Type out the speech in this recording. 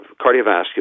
cardiovascular